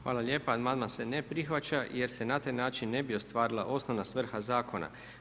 Hvala lijepo, amandman se ne prihvaća, jer se na taj način ne bi ostvarila osnovna svrha zakona.